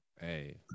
Hey